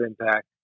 impact